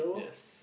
yes